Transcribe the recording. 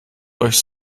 euch